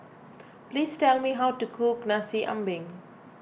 please tell me how to cook Nasi Ambeng